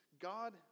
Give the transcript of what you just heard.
God